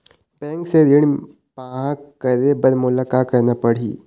Bank से ऋण पाहां करे बर मोला का करना पड़ही?